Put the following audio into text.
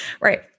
Right